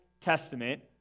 Testament